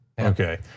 okay